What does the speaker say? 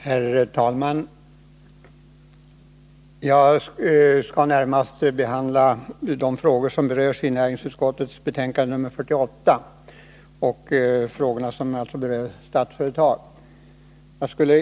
Herr talman! Jag skall närmast behandla de frågor som berörs i näringsutskottets betänkande 48 och alltså rör Statsföretag.